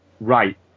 right